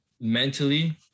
mentally